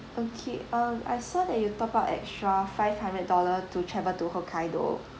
okay um I saw that you top up extra five hundred dollar to travel to hokkaido